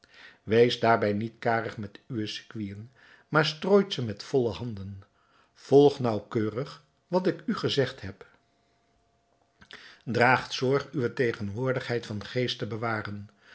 wees daarbij niet karig met uwe sequinen maar strooit ze met volle handen volg naauwkeurig wat ik u gezegd hebt draag zorg uwe tegenwoordigheid van geest te bewaren